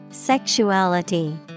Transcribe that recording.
Sexuality